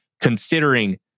considering